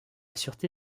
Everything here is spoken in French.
sûreté